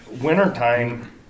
wintertime